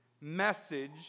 message